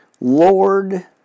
Lord